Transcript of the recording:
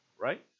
Right